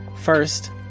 First